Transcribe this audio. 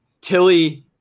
tilly